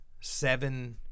seven